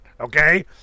okay